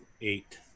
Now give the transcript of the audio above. Eight